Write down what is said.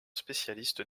spécialiste